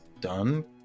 done